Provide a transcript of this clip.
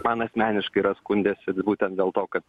man asmeniškai yra skundęsi būtent dėl to kad